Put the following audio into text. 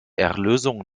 erlösung